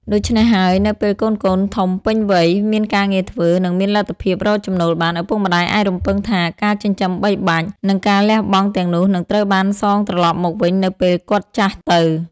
ដូច្នេះហើយ នៅពេលកូនៗធំពេញវ័យ មានការងារធ្វើ និងមានលទ្ធភាពរកចំណូលបាន ឪពុកម្ដាយអាចរំពឹងថាការចិញ្ចឹមបីបាច់ និងការលះបង់ទាំងនោះនឹងត្រូវបានសងត្រឡប់មកវិញនៅពេលគាត់ចាស់ទៅ។